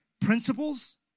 principles